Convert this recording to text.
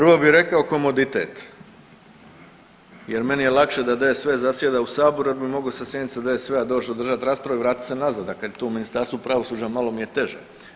Prvo bi rekao komoditet jer meni je lakše da DSV zasjeda u saboru jer bi moga sa sjednice DSV-a doć, održat raspravu i vratiti se nazad, a kad je to u Ministarstvu pravosuđa malo mi je teže.